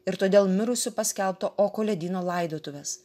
ir todėl mirusiu paskelbto oko ledyno laidotuves